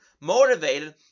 motivated